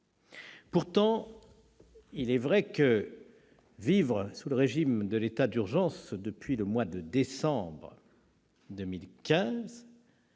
Pourtant, il est vrai que vivre sous le régime de l'état d'urgence depuis le mois de décembre 2015,